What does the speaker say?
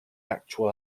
actual